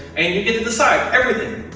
and you get to decide everything.